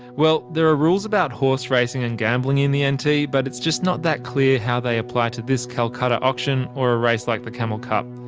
well. there are rules about horse racing and gambling in the and nt. but it's just not that clear how they apply to this calcutta auction or a race like the camel cup.